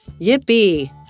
yippee